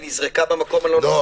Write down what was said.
היא נזרקה במקום הלא-נכון,